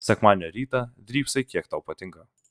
sekmadienio rytą drybsai kiek tau patinka